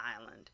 island